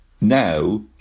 Now